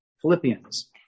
Philippians